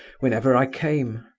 whenever i came.